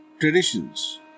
traditions